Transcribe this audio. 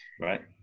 Right